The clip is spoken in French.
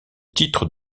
titre